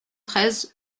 treize